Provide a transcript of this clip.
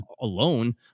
alone